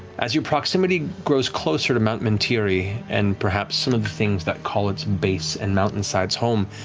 as your proximity grows closer to mount mentiri and perhaps some of the things that call its base and mountainsides home,